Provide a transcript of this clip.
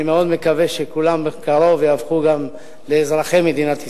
אני מאוד מקווה שכולם ייהפכו בקרוב לאזרחי מדינת ישראל.